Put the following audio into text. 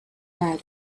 bag